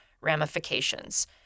ramifications